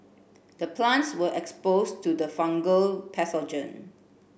the plants were exposed to the fungal pathogen